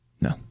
No